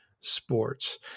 sports